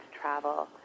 travel